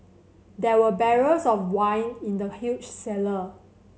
there were barrels of wine in the huge cellar